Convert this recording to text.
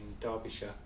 Derbyshire